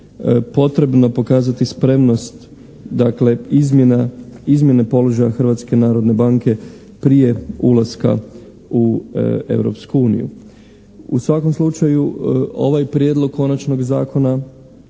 potrebno pokazati spremnost dakle izmjene položaja Hrvatske narodne banke prije ulaska u Europsku uniju. U svakom slučaju, ovaj prijedlog konačnog zakona